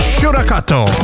Shurakato